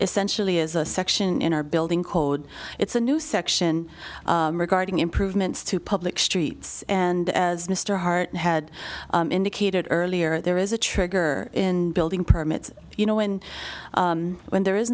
essentially is a section in our building code it's a new section regarding improvements to public streets and as mr hart had indicated earlier there is a trigger in building permits you know and when there is